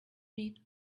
did